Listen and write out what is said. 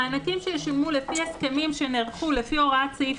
מענקים שישולמו לפי הסכמים שנערכו לפי הוראת סעיף